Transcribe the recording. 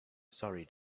sorry